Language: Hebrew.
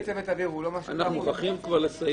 לגבי צוות אוויר הוא לא --- אנחנו מוכרחים כבר לסיים,